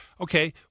Okay